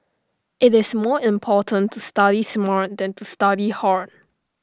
IT is more important to study smart than to study hard